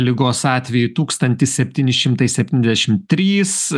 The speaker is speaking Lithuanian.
ligos atvejai tūkstantis septyni šimtai septyniasdešim trys